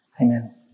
Amen